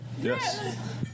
Yes